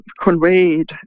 conveyed